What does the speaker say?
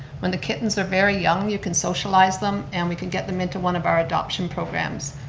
when the kittens are very young, you can socialize them and we can get them into one of our adoption programs.